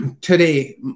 today